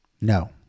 No